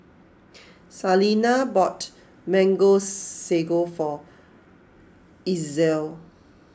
Salina bought Mango Sago for Ezell